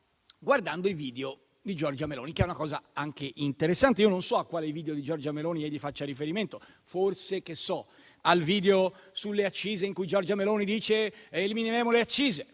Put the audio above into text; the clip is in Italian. guardando i video di Giorgia Meloni, che è una cosa anche interessante. Non so a quale video di Giorgia Meloni egli faccia riferimento. Forse, che so, al video sulle accise in cui Giorgia Meloni dice "elimineremo le accise"